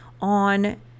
on